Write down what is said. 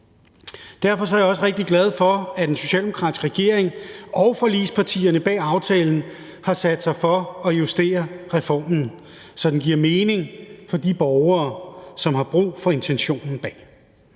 Derfor er jeg også rigtig glad for, at den socialdemokratiske regering og forligspartierne bag aftalen har sat sig for at justere reformen, så den giver mening for de borgere, som har brug for intentionen bag.